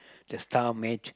the star match